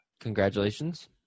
Congratulations